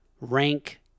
Rank